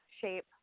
shape